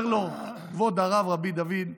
אומר לו כבוד הרב רבי דוד: